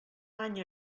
any